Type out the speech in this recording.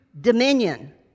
dominion